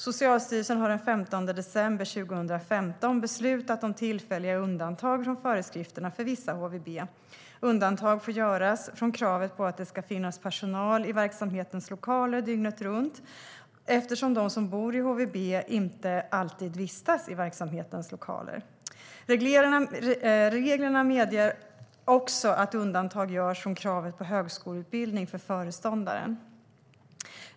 Socialstyrelsen har den 15 december 2015 beslutat om tillfälliga undantag från föreskrifterna för vissa HVB. Undantag får göras från kravet på att det ska finnas personal i verksamhetens lokaler dygnet runt, eftersom de som bor i HVB inte alltid vistas i verksamhetens lokaler. Reglerna medger också att undantag görs från kravet på högskoleutbildning för föreståndaren.